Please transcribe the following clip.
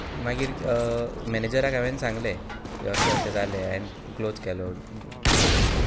मागीर मॅनिजराक हांवें सांगलें की अशें अशें जालें हांवें क्लोज केलो मंथ